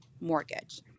mortgage